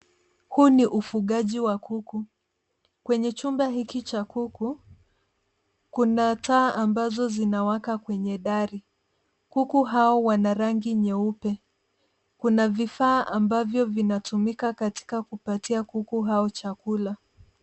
Huu ni ufugaji wa kuku kwenye chumba hiki cha kuku kuna taa ambazo zinawaka kwenye dari ,kuku hao wana rangi nyeupe kuna vifaa ambavyo vinatumika katika kupatia kuku hao chakula.